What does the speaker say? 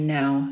now